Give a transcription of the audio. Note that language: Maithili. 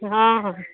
हँ हँ